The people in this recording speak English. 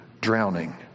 drowning